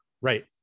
Right